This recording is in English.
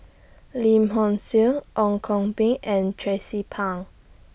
Lim Hock Siew Ong Koh Bee and Tracie Pang